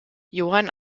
johann